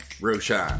Roshan